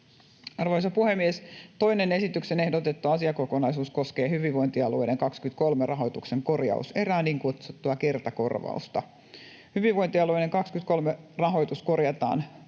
Arvoisa puhemies! Toinen esityksenä ehdotettu asiakokonaisuus koskee hyvinvointialueiden vuoden 23 rahoituksen korjauserää, niin kutsuttua kertakorvausta. Hyvinvointialueiden 23 rahoitus korjataan